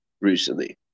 recently